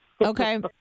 Okay